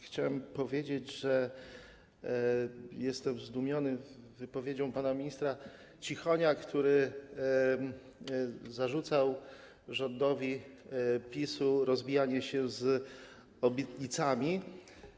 Chciałem powiedzieć, że jestem zdumiony wypowiedzią pana ministra Cichonia, który zarzucał rządowi PiS-u rozmijanie się z obietnicami.